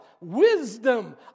wisdom